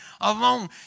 alone